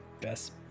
best